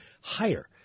higher